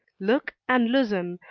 look and listen,